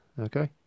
okay